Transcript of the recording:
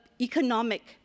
economic